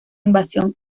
invasión